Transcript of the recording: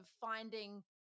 finding